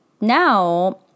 now